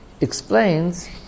explains